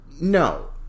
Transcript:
no